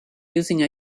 using